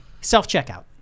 Self-checkout